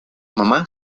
mamá